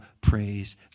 praise